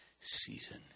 season